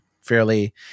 fairly